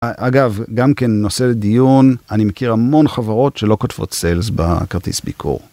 אגב, גם כן נושא לדיון, אני מכיר המון חברות שלא כותבות סיילס בכרטיס ביקור.